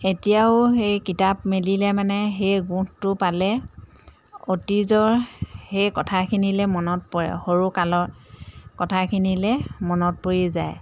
এতিয়াও সেই কিতাপ মেলিলে মানে সেই গোন্ধটো পালে অতীজৰ সেই কথাখিনিলে মনত পৰে সৰুকালৰ কথাখিনিলে মনত পৰি যায়